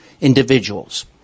individuals